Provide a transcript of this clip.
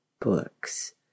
books